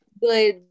good